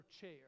chair